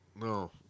no